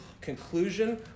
conclusion